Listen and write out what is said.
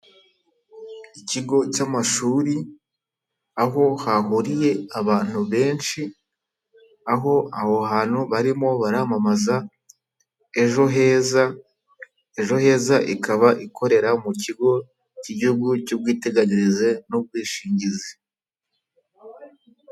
Ikigo cy'amashuri aho hahuriye abantu benshi, aho aho hantu barimo baramamaza ejo heza. Ejo heza ikaba ikorera mu kigo cy'igihugu cy'ubwiteganyirize n'ubwishingizi.